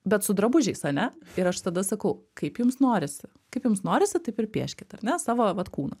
bet su drabužiais ane ir aš tada sakau kaip jums norisi kaip jums norisi taip ir pieškit ar ne savo vat kūną